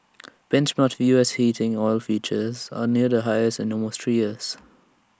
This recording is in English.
benchmark U S heating oil futures are near the highest in almost three years